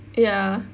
ya